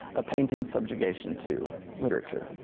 a painting subjugation to literature?